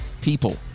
people